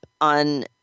on